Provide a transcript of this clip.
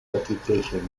reputation